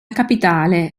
capitale